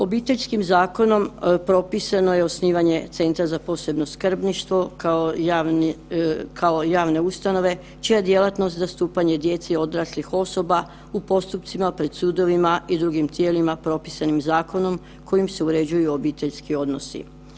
Obiteljskim zakonom propisano je osnivanje centra za posebno skrbništvo kao javne ustanove čija je djelatnost zastupanje djece i odraslih osoba u postupcima pred sudovima i drugim tijelima propisanim zakonom kojim se uređuju obiteljski odnosi.